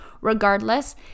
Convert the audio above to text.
regardless